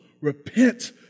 Repent